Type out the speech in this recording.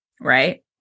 right